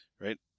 right